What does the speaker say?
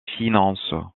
finances